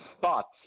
Thoughts